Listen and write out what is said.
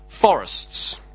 forests